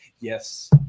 yes